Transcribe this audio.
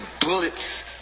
bullets